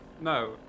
no